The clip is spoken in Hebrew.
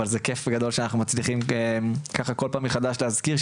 אבל זה כייף גדול שאנחנו מצליחים כל פעם מחדש להזכיר,